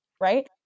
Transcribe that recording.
right